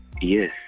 Yes